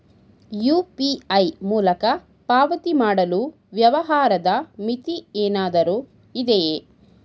UPI ಮೂಲಕ ಪಾವತಿ ಮಾಡಲು ವ್ಯವಹಾರದ ಮಿತಿ ಏನಾದರೂ ಇದೆಯೇ?